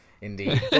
indeed